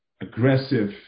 aggressive